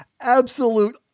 absolute